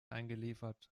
eingeliefert